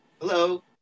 hello